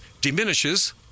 diminishes